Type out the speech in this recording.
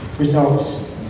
Results